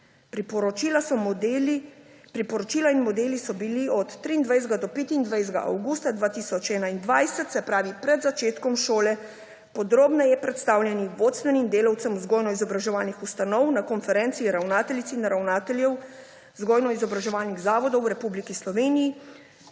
Priporočila in modeli so bili od 23. do 25. avgusta 2021, se pravi pred začetkom šole, podrobneje predstavljeni vodstvenim delavcem vzgojno-izobraževalnih ustanov na konferenci ravnateljic in ravnateljev vzgojno-izobraževalnih zavodov v Republiki Sloveniji